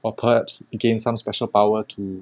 or perhaps gain some special power to